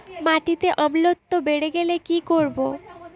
মাটিতে অম্লত্ব বেড়েগেলে কি করব?